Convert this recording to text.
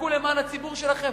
תיאבקו למען הציבור שלכם?